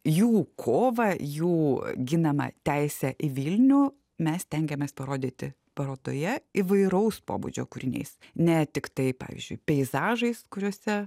jų kovą jų ginamą teisę į vilnių mes stengiamės parodyti parodoje įvairaus pobūdžio kūriniais ne tiktai pavyzdžiui peizažais kuriuose